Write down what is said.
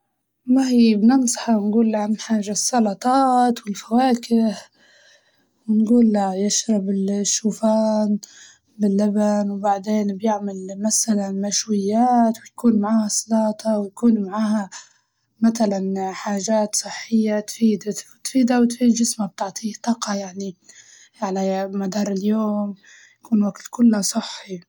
ما هي بننصحه ونقوله أهم حاجة السلطات والفواكه، ونقوله يشرب الشوفان باللبن وبعدين بيعمل مسلاً مشويات ويكون معاها سلاطة ويكون معاها متلاً حاجات صحية تفيد تفيده وتفيد جسمه، بتعطيه طاقة يعني على مدار اليوم، يكون وكل كله صحي.